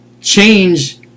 change